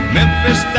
Memphis